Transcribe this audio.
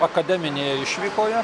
akademinėje išvykoje